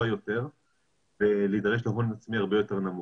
יותר ולהידרש להון עצמי הרבה יותר נמוך.